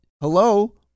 Hello